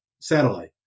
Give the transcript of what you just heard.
satellite